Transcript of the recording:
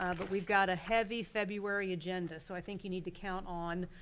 um but we've got a heavy february agenda. so i think you need to count on,